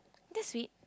that's sweet